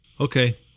Okay